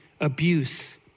abuse